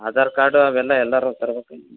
Aadhaar card ಅವೆಲ್ಲ ಎಲ್ಲರೂ ತರ್ಬೇಕಾ